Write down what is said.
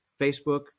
Facebook